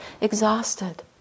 exhausted